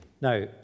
now